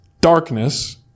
darkness